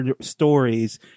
stories